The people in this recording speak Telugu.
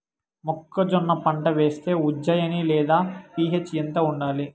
మొక్కజొన్న పంట వేస్తే ఉజ్జయని లేదా పి.హెచ్ ఎంత ఉండాలి?